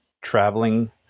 traveling